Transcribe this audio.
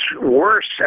worse